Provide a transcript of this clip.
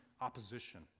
opposition